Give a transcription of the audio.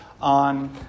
on